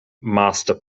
master